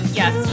yes